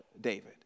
David